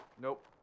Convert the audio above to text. Nope